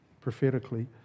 prophetically